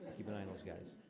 keep an eye on those guys.